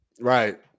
Right